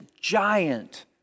giant